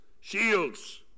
shields